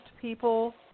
people